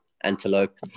antelope